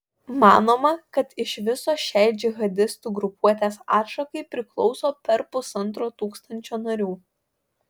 manoma kad iš viso šiai džihadistų grupuotės atšakai priklauso per pusantro tūkstančio narių